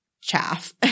chaff